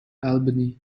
albany